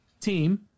team